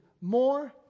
More